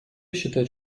считать